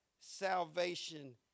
salvation